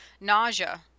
nausea